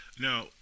Now